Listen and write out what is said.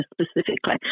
specifically